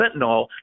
fentanyl